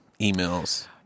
emails